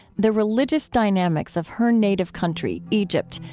the religious dynamics of her native country, egypt,